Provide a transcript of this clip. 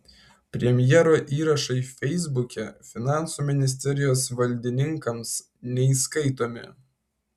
premjero įrašai feisbuke finansų ministerijos valdininkams neįskaitomi